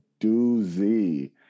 doozy